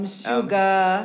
sugar